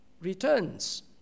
returns